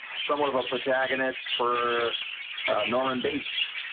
somewhat of a protagonist for norman bates